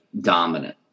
dominant